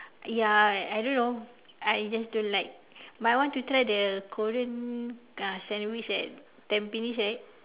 ya I don't know I just don't like but I want to try the korean uh sandwich at tampines right